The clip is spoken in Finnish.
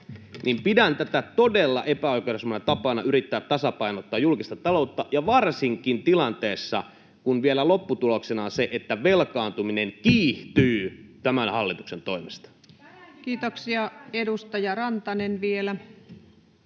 Pidän tätä todella epäoikeudenmukaisena tapana yrittää tasapainottaa julkista taloutta varsinkin tilanteessa, jossa vielä lopputuloksena on se, että velkaantuminen kiihtyy tämän hallituksen toimesta. [Speech 383] Speaker: